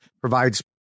provides